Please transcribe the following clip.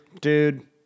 Dude